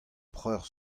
preur